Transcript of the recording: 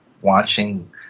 watching